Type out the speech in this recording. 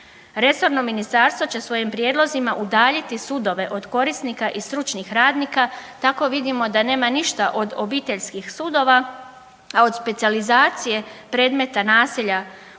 Resorno ministarstvo će svojim prijedlozima udaljiti sudove od korisnika i stručnih radnika. Tako vidimo da nema ništa od obiteljskih sudova, a od specijalizacije predmeta nasilja